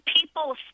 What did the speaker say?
People